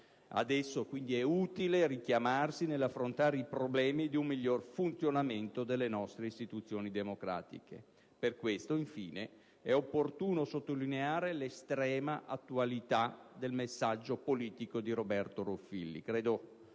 Ad esso, quindi, è utile richiamarsi nell'affrontare i problemi di un miglior funzionamento delle nostre istituzioni democratiche. Per questo, infine, è opportuno sottolineare l'estrema attualità del messaggio politico di Roberto Ruffilli.